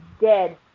dead